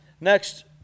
Next